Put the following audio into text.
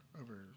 over